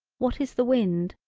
what is the wind,